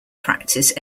practice